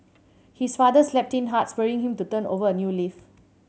his father slapped him hard spurring him to turn over a new leaf